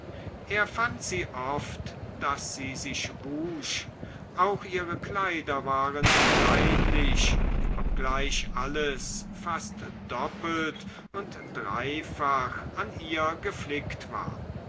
er fand sie oft daß sie sich wusch auch ihre kleider waren reinlich obgleich alles fast doppelt und dreifach an ihr geflickt war